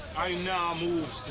i nah move,